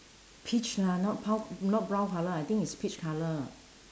peach lah not bro~ not brown colour I think is peach colour